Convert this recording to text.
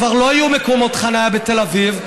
כבר לא יהיו מקומות חניה בתל אביב,